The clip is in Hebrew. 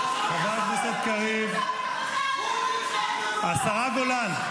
--- חבר הכנסת קריב, השרה גולן.